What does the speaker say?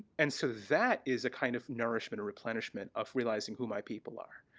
and so that is a kind of nourishment a replenishment of realizing who my people are,